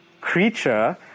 creature